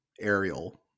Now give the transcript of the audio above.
aerial